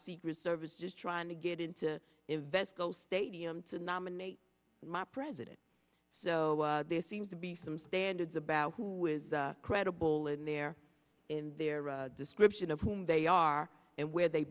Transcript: secret service just trying to get into invesco stadium to nominate my president so there seems to be some standards about who is credible in their in their description of whom they are and where they